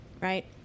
right